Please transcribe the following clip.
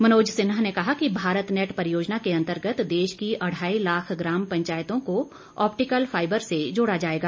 मनोज सिन्हा ने कहा कि भारत नेट परियोजना के अंतर्गत देश की अढाई लाख ग्राम पंचायतों को आप्टिकल फाइबर से जोड़ा जाएगा